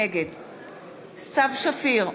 נגד סתיו שפיר,